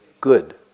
Good